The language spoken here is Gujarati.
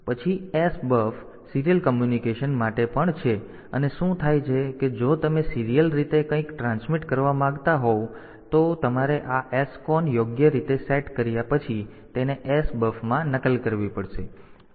પછી S બફ સીરીયલ કોમ્યુનિકેશન માટે પણ છે અને શું થાય છે કે જો તમે સીરીયલ રીતે કંઈક ટ્રાન્સમિટ કરવા માંગતા હોવ તો તમારે આ SCON યોગ્ય રીતે સેટ કર્યા પછી તેને S બફ માં નકલ કરવી પડશે